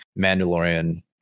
Mandalorian